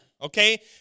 okay